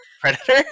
Predator